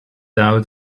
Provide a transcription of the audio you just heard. out